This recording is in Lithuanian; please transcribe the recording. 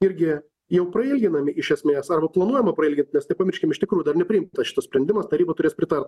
irgi jau prailginami iš esmės arba planuojama prailgint nes nepamirškim iš tikrųjų dar nepriimtas šitas sprendimas taryba turės pritart